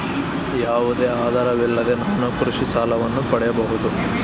ಯಾವುದೇ ಆಧಾರವಿಲ್ಲದೆ ನಾನು ಕೃಷಿ ಸಾಲವನ್ನು ಪಡೆಯಬಹುದಾ?